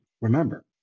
remember